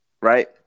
right